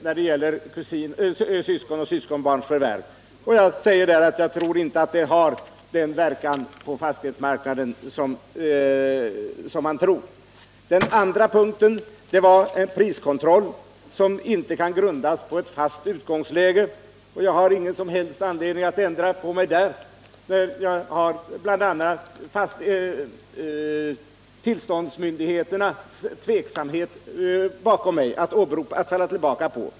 När det gäller syskons och syskonbarns förvärv säger jag att jag inte anser att dessa har den verkan på fastighetsmarknaden som man tror. Den andra punkten gäller priskontroll som inte kan grundas på ett fast utgångsläge. Jag har ingen som helst anledning att ändra på mig där, när jag bl.a. har tillståndsmyndigheters tveksamhet att falla tillbaka på.